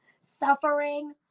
Suffering